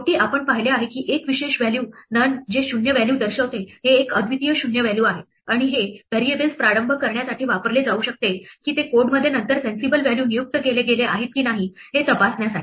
शेवटी आपण पाहिले आहे की एक विशेष व्हॅल्यू none जे शून्य व्हॅल्यू दर्शवते हे एक अद्वितीय शून्य व्हॅल्यू आहे आणि हे व्हेरिएबल्स प्रारंभ करण्यासाठी वापरले जाऊ शकते की ते कोडमध्ये नंतर सेंसिबल व्हॅल्यू नियुक्त केले गेले आहेत की नाही हे तपासण्यासाठी